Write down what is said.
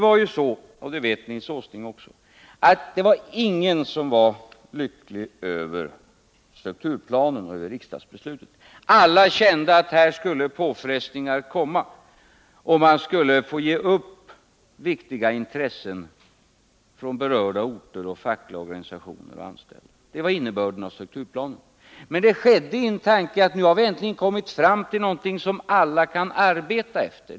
Ingen — och det vet Nils Åsling — var lycklig över strukturplanen eller riksdagsbeslutet. Alla kände att här skulle påfrestningar komma. Berörda orter, fackliga organisationer och anställda skulle få ge upp viktiga intressen. Det var strukturplanens innebörd. Men det skedde i en tanke att nu har vi äntligen kommit fram till någonting som alla kan arbeta efter.